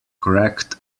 cracked